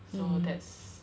so that's